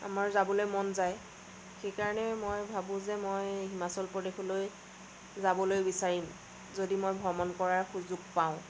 আমাৰ যাবলৈ মন যায় সেইকাৰণে মই ভাবো যে মই হিমাচল প্ৰদেশলৈ যাবলৈ বিচাৰিম যদি মই ভ্ৰমণ কৰাৰ সুযোগ পাওঁ